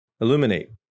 Illuminate